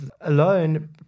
alone